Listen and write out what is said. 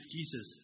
Jesus